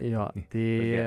jo tai